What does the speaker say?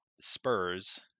Spurs